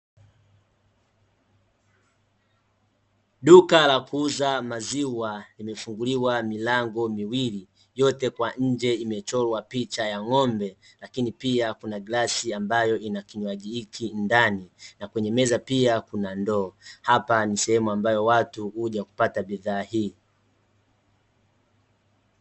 Duka la kuuza maziwa limefunguliwa milango miwili, yote kwa nje imechorwa picha ya ng'ombe, lakini pia kuna glasi ambayo ina kinywaji hiki ndani na kwenye meza pia kuna ndoo. Hapa ni sehemu ambayo watu huja kupata bidhaa hii.